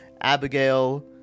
Abigail